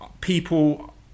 people